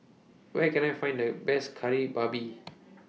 Where Can I Find The Best Kari Babi